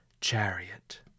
chariot